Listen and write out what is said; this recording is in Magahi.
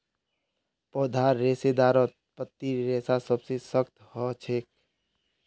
पौधार रेशेदारत पत्तीर रेशा सबसे सख्त ह छेक